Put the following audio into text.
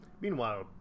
Meanwhile